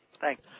Thanks